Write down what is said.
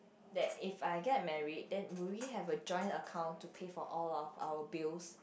that if I get married then will we have a joint account to pay for all of our bills